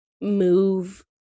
move